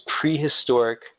prehistoric